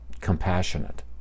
compassionate